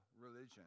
religion